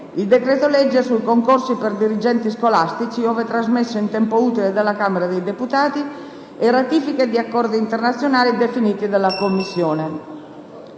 il decreto-legge sui concorsi per dirigenti scolastici - ove trasmesso in tempo utile dalla Camera dei deputati - e ratifiche di accordi internazionali definite dalla Commissione.